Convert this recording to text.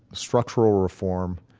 structural reform,